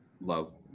love